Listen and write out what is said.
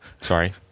Sorry